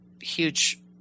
huge